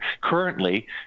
Currently